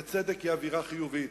בצדק, היא אווירה חיובית.